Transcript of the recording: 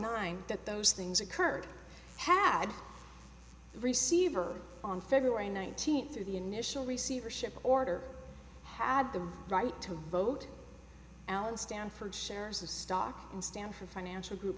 nine that those things occurred had the receiver on february nineteenth through the initial receivership order had the right to vote allen stanford shares of stock in stanford financial group